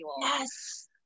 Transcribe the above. yes